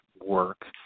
work